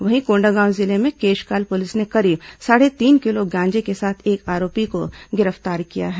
वहीं कोंडागांव जिले में केशकाल पुलिस ने करीब साढ़े तीन किलो गांजे के साथ एक आरोपी को गिरफ्तार किया है